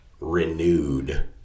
renewed